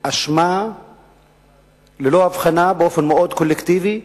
אשמה ללא הבחנה, באופן מאוד קולקטיבי,